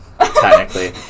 technically